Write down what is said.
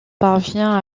parvient